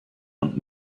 und